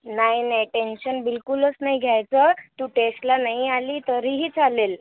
नाही नाही टेंशन बिलकुलच नाही घ्यायचं तू टेस्टला नाही आली तरीही चालेल